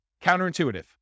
Counterintuitive